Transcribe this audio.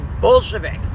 Bolshevik